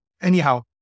anyhow